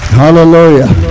hallelujah